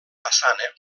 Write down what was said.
façana